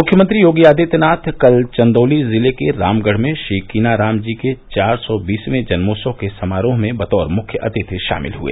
मुख्यमंत्री योगी आदित्यनाथ कल चन्दौली जिले के रामगढ़ में श्रीकीनाराम जी के चार सौ बीसवें जन्मोत्सव के समारोह में बतौर मुख्य अतिथि शामिल हुए